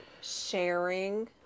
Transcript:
sharing